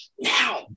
now